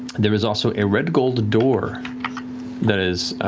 there was also a red gold door that is